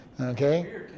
Okay